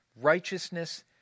righteousness